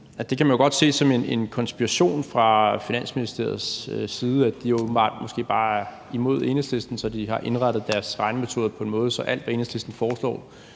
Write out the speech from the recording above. det kan man jo godt se som en konspiration fra Finansministeriets side, altså at de måske bare er imod Enhedslisten, så de har indrettet deres regnemetoder på en måde, så alt, hvad Enhedslisten foreslår,